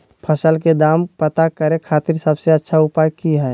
फसल के दाम पता करे खातिर सबसे अच्छा उपाय की हय?